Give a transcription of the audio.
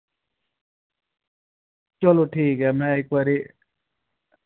चलो ठीक ऐ में इक वारि